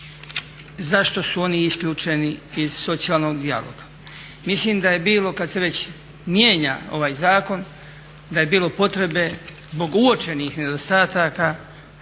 zašto su oni isključeni iz socijalnog dijaloga. Mislim da je bilo kad se već mijenja ovaj zakon da je bilo potrebe zbog uočenih nedostataka